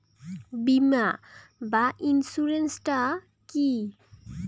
বিমা বা ইন্সুরেন্স টা কি?